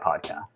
podcast